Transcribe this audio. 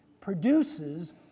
produces